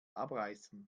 abreißen